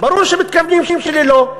ברור שמתכוונים ללא,